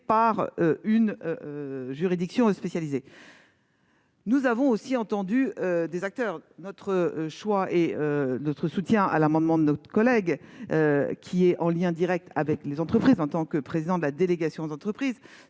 par une juridiction spécialisée. Nous avons aussi entendu des acteurs du secteur. Si nous soutenons l'amendement de notre collègue Serge Babary, qui est en lien direct avec les entreprises en tant que président de la délégation aux entreprises